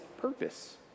purpose